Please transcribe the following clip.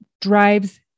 drives